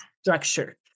structure